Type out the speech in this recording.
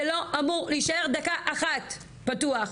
זה לא אמור להישאר דקה אחת פתוח,